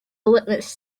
litmus